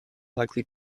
likely